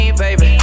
baby